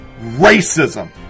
racism